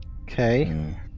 Okay